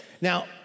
Now